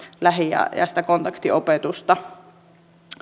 lähi ja kontaktiopetusta